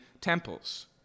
temples